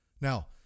Now